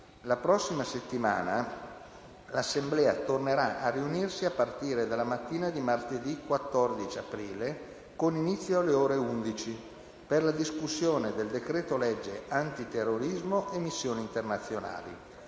La prossima settimana, l'Assemblea tornerà a riunirsi a partire dalla mattina di martedì 14 aprile, con inizio alle ore 11, per la discussione del decreto-legge antiterrorismo e missioni internazionali.